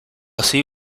así